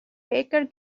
baker